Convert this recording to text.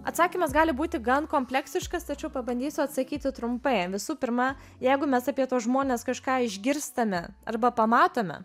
atsakymas gali būti gan kompleksiškas tačiau pabandysiu atsakyti trumpai visų pirma jeigu mes apie tuos žmones kažką išgirstame arba pamatome